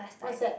what's that